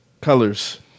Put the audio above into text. Colors